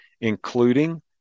including